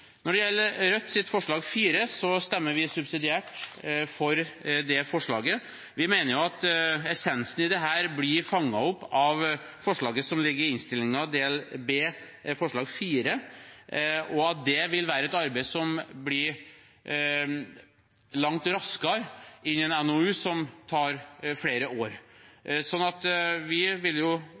når det gjelder kollektiv søksmålsrett. Når det gjelder Rødts forslag, forslag nr. 4, stemmer vi subsidiært for det. Vi mener essensen av dette fanges opp av IV i innstillingens del B, og at det vil være et langt raskere arbeid enn en NOU, som tar flere år. Vi vil oppfordre til at flere stemmer for et forslag som vil